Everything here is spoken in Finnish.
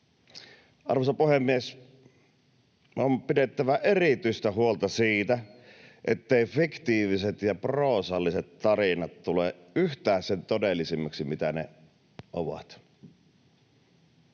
Arvoisa puhemies! On pidettävä erityistä huolta siitä, etteivät fiktiiviset ja proosalliset tarinat tule yhtään sen todellisemmiksi kuin mitä ne ovat